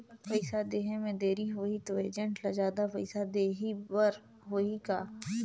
पइसा देहे मे देरी होही तो एजेंट ला जादा पइसा देही बर होही का?